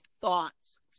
thoughts